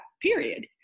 period